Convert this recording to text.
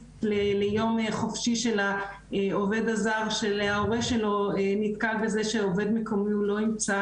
ליום חופשי של העובד הזר של ההורה שלו נתקל בזה שעובד מקומי הוא לא ימצא,